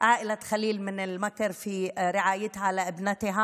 ובעמידה ליד משפחת ח'ליל מכפר מכר במהלך הטיפול של המשפחה בבתם,